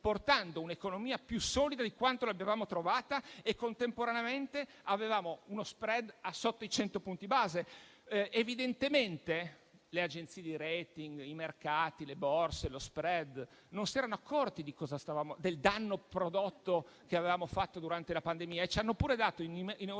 portando un'economia più solida di come l'abbiamo trovata e contemporaneamente avevamo uno *spread* sotto i 100 punti base. Evidentemente, le agenzie di *rating*, i mercati, le borse, lo *spread* non si erano accorti del danno che avevamo prodotto durante la pandemia e ci hanno pure dato in Europa